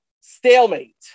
Stalemate